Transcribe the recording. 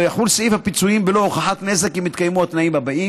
לא יחול סעיף הפיצויים בלא הוכחת נזק אם התקיימו התנאים האלה: